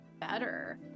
better